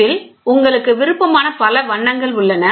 இதில் உங்களுக்கு விருப்பமான பல வண்ணங்கள் உள்ளன